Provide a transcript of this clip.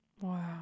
Wow